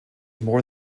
more